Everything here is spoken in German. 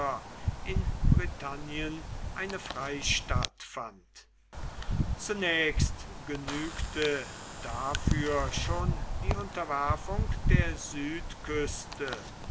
in britannien eine freistatt fand zunächst genügte dafür schon die unterwerfung der